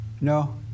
No